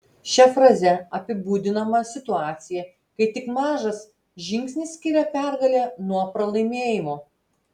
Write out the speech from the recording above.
šia fraze apibūdinama situacija kai tik mažas žingsnis skiria pergalę nuo pralaimėjimo